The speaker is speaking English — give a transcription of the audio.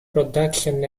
production